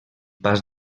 pas